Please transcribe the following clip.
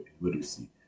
literacy